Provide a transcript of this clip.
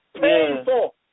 Painful